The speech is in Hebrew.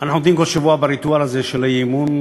אנחנו עומדים כל שבוע בריטואל הזה של האי-אמון,